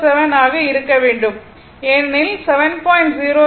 7 ஆக இருக்க வேண்டும் ஏனெனில் 7